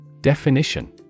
Definition